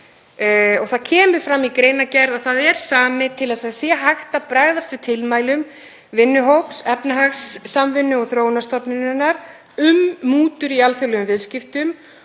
Fram kemur í greinargerð að það er samið til að hægt sé að bregðast við tilmælum vinnuhóps Efnahagssamvinnu- og þróunarstofnunarinnar um mútur í alþjóðlegum viðskiptum